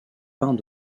peint